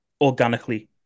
organically